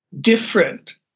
different